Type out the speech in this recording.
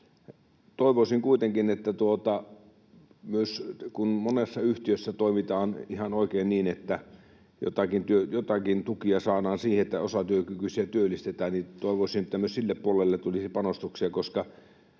sinänsä. Mutta myös kun monessa yhtiössä toimitaan ihan oikein niin, että joitakin tukia saadaan siihen, että osatyökykyisiä työllistetään, niin toivoisin, että myös sille puolelle tulisi panostuksia,